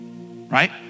right